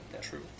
True